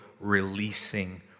releasing